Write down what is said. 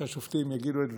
שהשופטים יגידו את דברם,